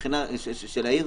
מבחינת העיר,